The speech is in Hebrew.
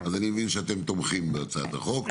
אוקיי, אז אני מבין שאתם תומכים בהצעת החוק.